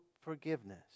forgiveness